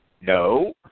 No